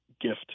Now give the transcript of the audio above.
gift